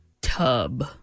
tub